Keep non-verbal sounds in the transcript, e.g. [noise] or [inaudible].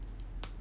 [noise]